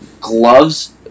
gloves